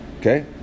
Okay